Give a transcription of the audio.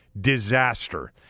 disaster